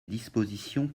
dispositions